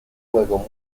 juego